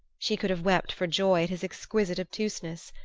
she could have wept for joy at his exquisite obtuseness.